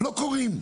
לא קוראים.